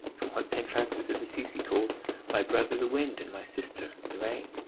from what st. francis of assisi calls my brother the wind, and my sister the rain